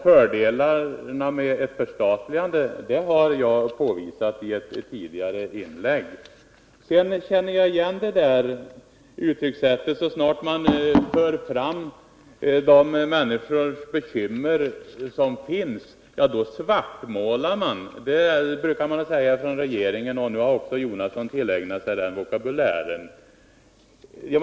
Fördelarna med ett förstatligande har jag påvisat i ett tidigare inlägg. Jag känner igen det uttryckssätt som kommer till användning så snart människors bekymmer förs på tal. Då talar man om svartmålning. Det brukar man göra från regeringens sida, och nu har också Bertil Jonasson tillägnat sig den vokabulären.